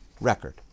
record